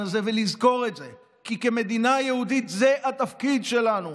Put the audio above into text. הזה ולזכור את זה כי כמדינה יהודית זה התפקיד שלנו,